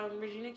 Regina